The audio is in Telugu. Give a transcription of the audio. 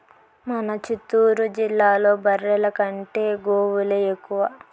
మన చిత్తూరు జిల్లాలో బర్రెల కంటే గోవులే ఎక్కువ